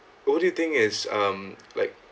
only thing is um like